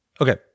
Okay